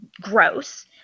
gross